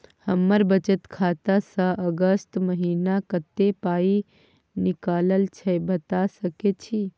हमर बचत खाता स अगस्त महीना कत्ते पाई निकलल छै बता सके छि?